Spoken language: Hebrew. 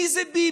מי זה ביבי?